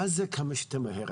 מה זה כמה שיותר מהר?